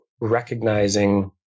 recognizing